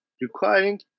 requiring